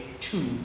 two